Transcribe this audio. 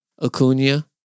Acuna